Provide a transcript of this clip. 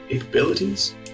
abilities